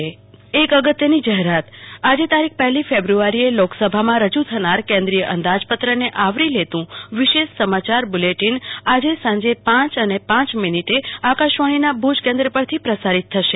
કલ્પના શાહ્ અગત્યની જાહેરાત આજે તારીખ પહેલી ફેબ્રુઆરીએ લોકસભામાં રજુ થનારા કેન્દ્રીય અંદાજપત્રને આવરી લેતું વિશેષ સમાયાર બુલેટીન આજે સાંજે પાંચ અને પાંચ મીનીટે આકાશવાણી ભુજ કેન્દ્ર પરથી પ્રસારિત થશે